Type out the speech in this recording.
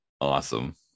Awesome